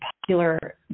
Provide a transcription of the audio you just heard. popular